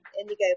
indigo